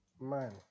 Man